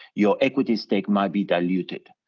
your equity stake might be diluted,